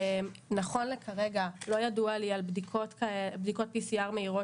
נכון לכרגע לא ידוע לי על בדיקות PCR מהירות